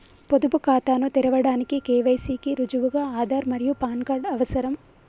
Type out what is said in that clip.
పొదుపు ఖాతాను తెరవడానికి కే.వై.సి కి రుజువుగా ఆధార్ మరియు పాన్ కార్డ్ అవసరం